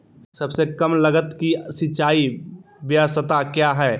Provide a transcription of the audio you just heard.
सबसे कम लगत की सिंचाई ब्यास्ता क्या है?